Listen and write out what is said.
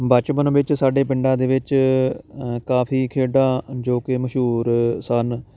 ਬਚਪਨ ਵਿੱਚ ਸਾਡੇ ਪਿੰਡਾਂ ਦੇ ਵਿੱਚ ਕਾਫੀ ਖੇਡਾਂ ਜੋ ਕਿ ਮਸ਼ਹੂਰ ਸਨ